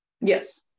Yes